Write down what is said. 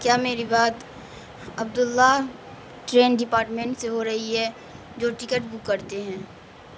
کیا میری بات عبد اللّہ ٹرین ڈپارٹمنٹ سے ہو رہی ہے جو ٹکٹ بک کرتے ہیں